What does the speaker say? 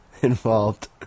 Involved